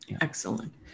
Excellent